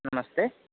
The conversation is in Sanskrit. नमस्ते